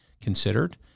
considered